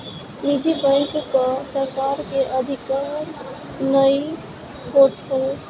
निजी बैंक पअ सरकार के अधिकार नाइ होत हवे